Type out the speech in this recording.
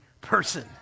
person